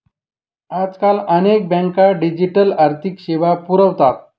आजकाल अनेक बँका डिजिटल आर्थिक सेवा पुरवतात